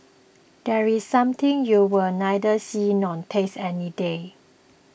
there is something you'll neither see nor taste any day